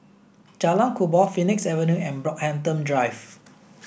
Jalan Kubor Phoenix Avenue and Brockhampton Drive